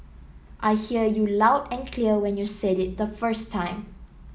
I heard you loud and clear when you said it the first time